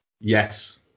Yes